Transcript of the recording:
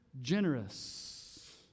generous